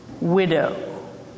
widow